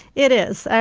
it is,